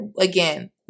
again